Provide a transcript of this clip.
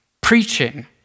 preaching